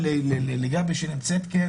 לגבי ולכל מי שכאן